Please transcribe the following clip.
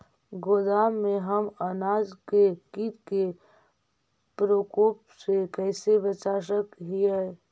गोदाम में हम अनाज के किट के प्रकोप से कैसे बचा सक हिय?